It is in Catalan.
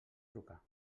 trucar